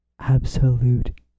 absolute